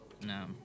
No